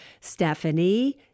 Stephanie